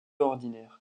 ordinaires